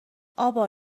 ابا